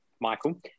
Michael